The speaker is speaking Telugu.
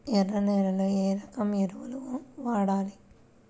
ఎర్ర నేలలో ఏ రకం ఎరువులు వాడాలి?